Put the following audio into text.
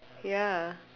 ya